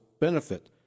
Benefit